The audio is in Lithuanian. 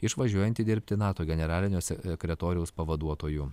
išvažiuojantį dirbti nato generalinio sekretoriaus pavaduotoju